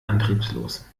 antriebslos